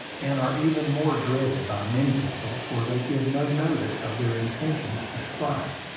and are even more dreaded by many people, for they give no notice of their intention to strike.